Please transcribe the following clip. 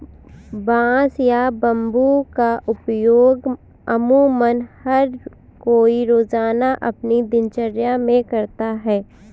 बांस या बम्बू का उपयोग अमुमन हर कोई रोज़ाना अपनी दिनचर्या मे करता है